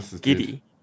giddy